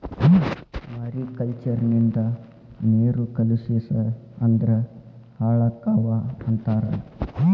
mariculture ನಿಂದ ನೇರು ಕಲುಷಿಸ ಅಂದ್ರ ಹಾಳಕ್ಕಾವ ಅಂತಾರ